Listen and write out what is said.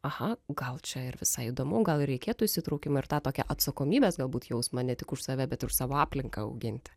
aha gal čia ir visai įdomu gal reikėtų įsitraukimo ir tą tokią atsakomybės galbūt jausmo ne tik už save bet už savo aplinką auginti